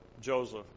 Joseph